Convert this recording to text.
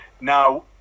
Now